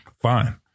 fine